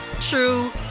true